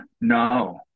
No